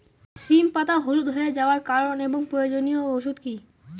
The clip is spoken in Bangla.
সিম পাতা হলুদ হয়ে যাওয়ার কারণ এবং প্রয়োজনীয় ওষুধ কি?